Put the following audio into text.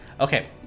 Okay